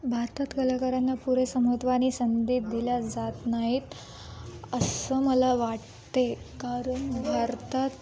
भारतात कलाकारांना पुरेसं महत्व आणि संधी दिली जात नाहीत असं मला वाटते कारण भारतात